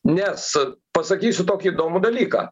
nes pasakysiu tokį įdomų dalyką